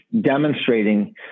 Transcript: demonstrating